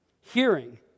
hearing